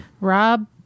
Rob